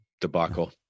debacle